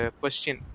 question